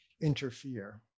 interfere